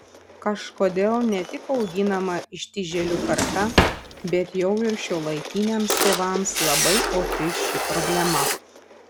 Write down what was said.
kažkodėl ne tik auginama ištižėlių karta bet jau ir šiuolaikiniams tėvams labai opi ši problema